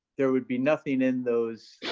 there would be nothing in those